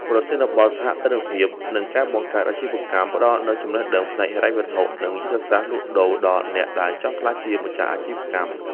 ប្រធានបទ សហគ្រិនភាព និងការបង្កើតអាជីវកម្ម ផ្ដល់នូវចំណេះដឹងផ្នែកហិរញ្ញវត្ថុ និងយុទ្ធសាស្ត្រលក់ដូរដល់អ្នកដែលចង់ក្លាយជាម្ចាស់អាជីវកម្ម។